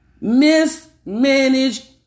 Mismanaged